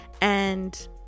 and-